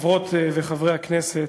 חברות וחברי הכנסת,